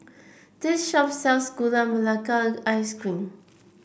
this shop sells Gula Melaka Ice Cream